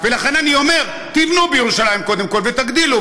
ולכן אני אומר, תבנו בירושלים, קודם כול, ותגדילו.